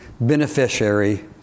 beneficiary